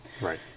right